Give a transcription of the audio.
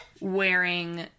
wearing